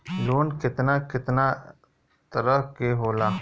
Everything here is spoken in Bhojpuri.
लोन केतना केतना तरह के होला?